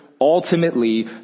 ultimately